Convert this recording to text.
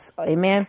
Amen